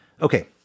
Okay